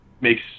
makes